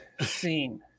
scene